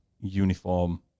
uniform